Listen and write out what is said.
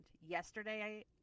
yesterday